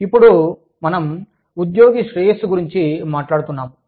ఇప్పుడు మనము ఉద్యోగి శ్రేయస్సు గురించి మాట్లాడుతున్నాము